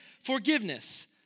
forgiveness